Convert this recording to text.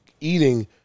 eating